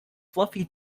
fluffy